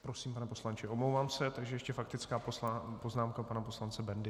Prosím, pane poslanče, omlouvám se, takže ještě faktická poznámka pana poslance Bendy.